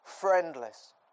friendless